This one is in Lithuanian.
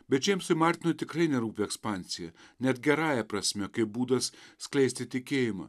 bet džeimsui martinui tikrai nerūpi ekspansija net gerąja prasme kaip būdas skleisti tikėjimą